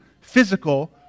physical